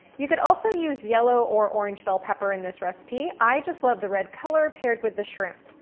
you could also use yellow or orange bell pepper in this recipe, i just love the red color paired with the shrimp.